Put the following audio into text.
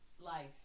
Life